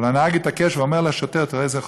אבל הנהג התעקש, הוא אומר לשוטר, תראה איזה חוצפה,